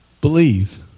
Believe